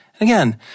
Again